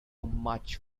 much